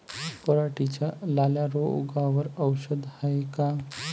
पराटीच्या लाल्या रोगावर औषध हाये का?